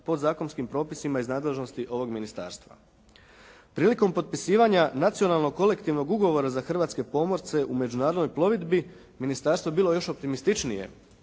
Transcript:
podzakonskim propisima iz nadležnosti ovoga ministarstva. Prilikom potpisivanja Nacionalnog kolektivnog ugovora za hrvatske pomorce u međunarodnoj plovidbi ministarstvo je bilo još optimističnije.